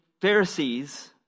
Pharisees